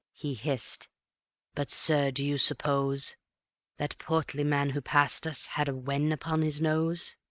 he hissed but, sir, do you suppose that portly man who passed us had a wen upon his nose?